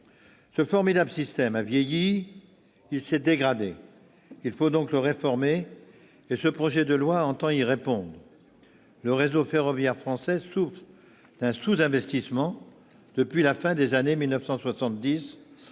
Ce formidable système a vieilli, il s'est dégradé. Il faut donc le réformer. Le présent projet de loi entend répondre à cette nécessité. Le réseau ferroviaire français souffre d'un sous-investissement depuis la fin des années